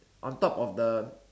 on top of the